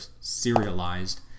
serialized